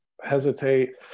hesitate